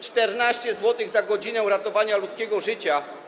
14 zł za godzinę ratowania ludzkiego życia.